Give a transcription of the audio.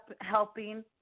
helping